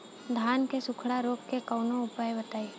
धान के सुखड़ा रोग के कौनोउपाय बताई?